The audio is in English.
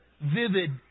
vivid